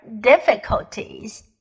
difficulties